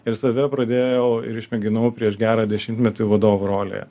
ir save pradėjau ir išmėginau prieš gerą dešimtmetį vadovo rolėje